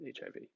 HIV